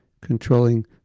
controlling